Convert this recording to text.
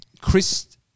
Chris